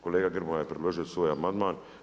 Kolega Grmoja je predložio svoj amandman.